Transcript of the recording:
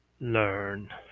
learn